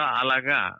alaga